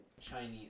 Chinese